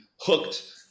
hooked